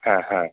ह ह